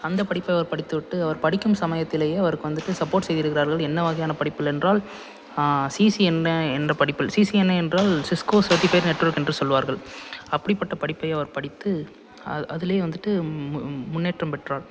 அந்த படிப்பை படித்து விட்டு அவர் படிக்கும் சமயத்திலேயே அவருக்கு வந்துட்டு சப்போர்ட் செய்திருக்கிறார்கள் என்ன வகையான படிப்புகள் என்றால் சிசிஎன்ஏ என்ற படிப்பில் சிசிஎன்ஏ என்றால் சிஸ்கோ சேர்ட்டிஃபைட் நெட்ஒர்க் என்று சொல்வார்கள் அப்படிப்பட்ட படிப்பை அவர் படித்து அதிலே வந்துட்டு முன்னேற்றம் பெற்றார்